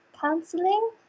counseling